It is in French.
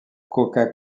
coca